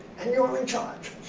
and you're in charge.